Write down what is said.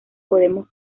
podemos